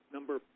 Number